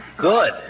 Good